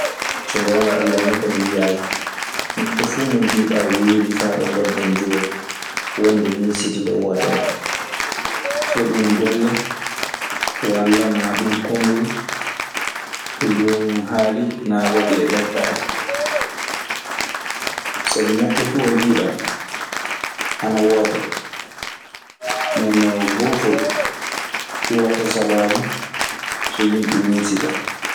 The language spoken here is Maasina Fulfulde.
So ngonga Alla min kaa mi yiyahi neɗɗo fuu mo jiɗa worri fa ɗo gonɗe joni. Wonde misiti ɗe wotere ka. So ɗun golle walla maa ɗun kongol ko joomun haali naa waɗi e ɓettaade. Sabi neɗɗo fuu njiyɗa, ana woofa. Nden noon koofol, ɗum wonta sabaabu so yimɓe nimsita.